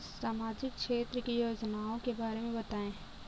सामाजिक क्षेत्र की योजनाओं के बारे में बताएँ?